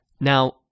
Now